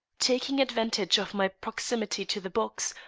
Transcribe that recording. taking advantage of my proximity to the box,